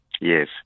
Yes